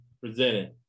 presented